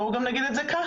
בואו גם נגיד את זה ככה.